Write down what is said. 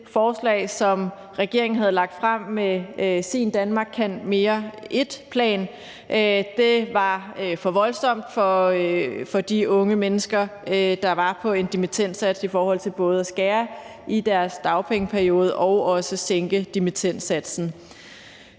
det forslag, som regeringen havde lagt frem med sin plan »Danmark kan mere I«, var for voldsomt for de unge mennesker, der var på en dimittendsats, i forhold til både at skære i deres dagpengeperiode og at sænke dimittendsatsen.